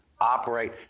operate